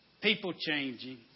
people-changing